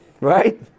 Right